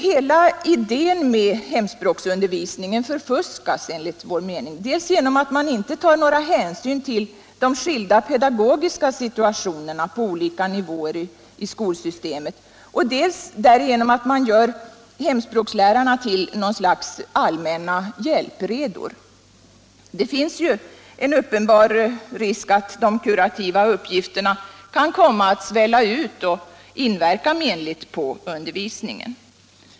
Hela idén med hemspråksundervisningen förfuskas enligt vår mening, dels genom att man inte tar några hänsyn till de skilda pedagogiska situationerna på olika nivåer i skolsystemet, dels därigenom att man gör hemspråkslärarna till något slags allmänna hjälpredor. Det finns ju en uppenbar risk för att de kurativa uppgifterna kan komma att svälla ut och inverka menligt på undervisningen.